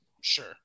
Sure